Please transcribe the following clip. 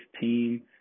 team